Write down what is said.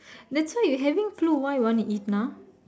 that's why you having flu why you want to eat now